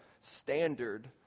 standard